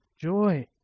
joy